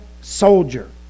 soldier